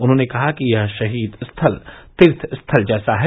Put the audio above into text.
उन्होंने कहा कि यह शहीद स्थल तीर्थ स्थल जैसा है